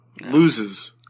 Loses